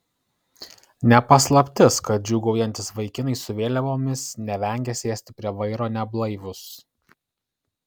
ne paslaptis kad džiūgaujantys vaikinai su vėliavomis nevengia sėsti prie vairo neblaivūs